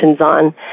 on